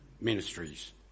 ministries